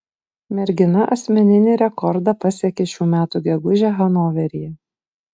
mergina asmeninį rekordą pasiekė šių metų gegužę hanoveryje